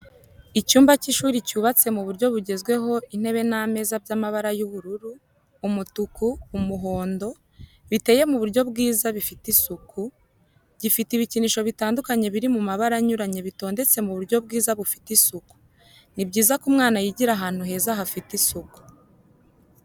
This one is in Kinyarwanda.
Icyumba cy'ishuri cyubatse mu buryo bugezweho intebe n'ameza by'amabara y'ubururu, umutuku, umuhondo, biteye mu buryo bwiza bifite isuku, gifite ibikinisho bitandukanye biri mabara anyuranye bitondetse mu buryo bwiza bufite isuku. ni byiza ko umwana yigira ahantu heza hafite isuku.